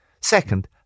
Second